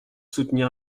soutenir